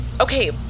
okay